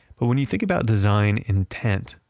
but when you think about design intent,